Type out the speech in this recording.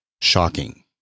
shocking